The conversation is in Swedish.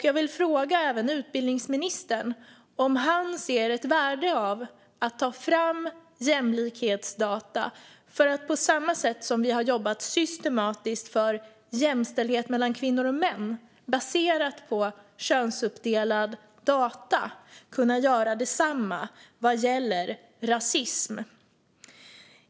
Jag vill fråga utbildningsministern om han ser ett värde i att ta fram jämlikhetsdata för att på samma sätt som vi har jobbat systematiskt för jämställdhet mellan kvinnor och män baserat på könsuppdelade data kunna göra detsamma vad gäller rasism.